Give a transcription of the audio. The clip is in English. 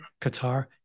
Qatar